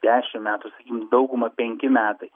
dešim metų sakykim dauguma penki metai